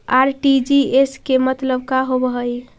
RTGS के मतलब का होव हई?